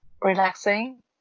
relaxing